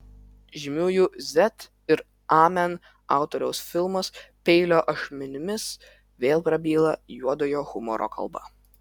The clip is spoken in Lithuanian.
žymiųjų z ir amen autoriaus filmas peilio ašmenimis vėl prabyla juodojo humoro kalba